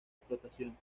explotación